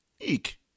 Eek